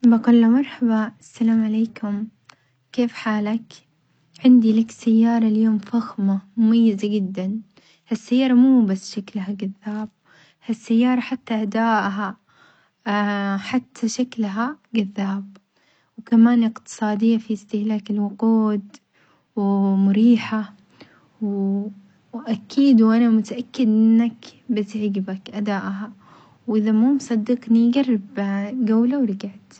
بقول له مرحبا السلام عليكم كيف حالك عندي ليك سيارة اليوم فخمة مميزة جدًا، هالسيارة مو بس شكلها جذاب هالسيارة حتى أدائها حتى شكلها جذاب وكمان إقتصادية في استهلاك الوقود ومريحة و وأكيد وأنا متأكدة إنك بتعجبك أدائها وظغذا مو مصدقني جرب جولة ورجعت.